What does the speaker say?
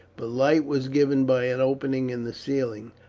but light was given by an opening in the ceiling,